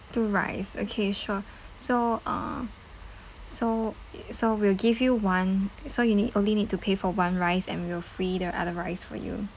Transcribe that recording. two rice okay sure so uh so i~ so we'll give you one so you need only need to pay for one rice and we'll free the other rice for you